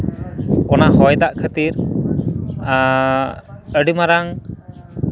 ᱚᱱᱟ ᱦᱚᱭ ᱫᱟᱜ ᱠᱷᱟᱹᱛᱤᱨ ᱟᱹᱰᱤ ᱢᱟᱨᱟᱝ